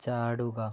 ചാടുക